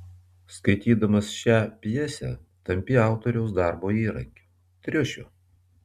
skaitydamas šią pjesę tampi autoriaus darbo įrankiu triušiu